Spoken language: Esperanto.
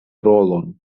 rolon